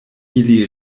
ili